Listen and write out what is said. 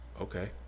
okay